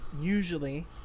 Usually